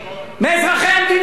מאזרחי המדינה, ממעמד הביניים.